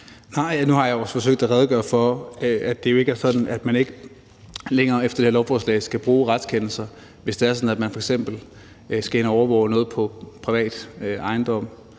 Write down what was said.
(S): Nu har jeg jo forsøgt at redegøre for, at det ikke er sådan, at man ikke længere efter det her lovforslag skal bruge retskendelser, hvis det er sådan, at man f.eks. skal ind og overvåge noget på privat ejendom.